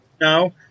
No